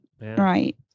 Right